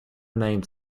named